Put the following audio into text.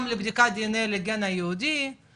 גם לבדיקת דנ”א לגן היהודי,